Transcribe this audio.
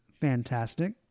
fantastic